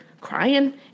crying